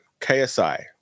KSI